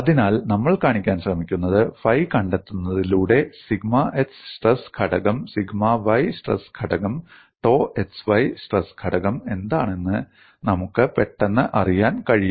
അതിനാൽ നമ്മൾ കാണിക്കാൻ ശ്രമിക്കുന്നത് ഫൈ കണ്ടെത്തുന്നതിലൂടെ സിഗ്മ x സ്ട്രെസ് ഘടകം സിഗ്മ y സ്ട്രെസ് ഘടകം ടോ xy സ്ട്രെസ് ഘടകം എന്താണെന്ന് നമുക്ക് പെട്ടെന്ന് അറിയാൻ കഴിയും